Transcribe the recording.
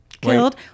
killed